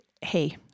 hey